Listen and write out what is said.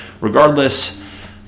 regardless